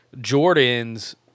Jordan's